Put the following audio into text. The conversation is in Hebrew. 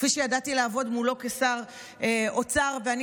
כפי שידעתי לעבוד מולו כשר אוצר ואני